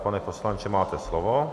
Pane poslanče, máte slovo.